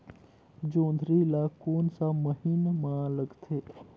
जोंदरी ला कोन सा महीन मां लगथे?